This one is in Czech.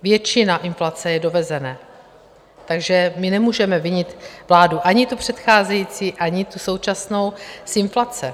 Většina inflace je dovezené, takže my nemůžeme vinit vládu, ani tu předcházející, ani tu současnou, z inflace.